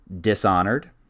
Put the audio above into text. Dishonored